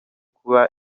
kuba